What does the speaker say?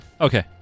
Okay